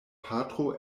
patro